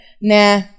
nah